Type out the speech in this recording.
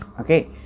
okay